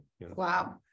wow